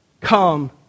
come